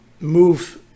move